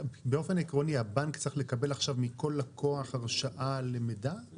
באופן עקרוני הבנק צריך לקבל עכשיו מכל לקוח הרשאה למידע?